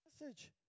message